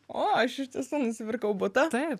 o aš iš tiesų nusipirkau butą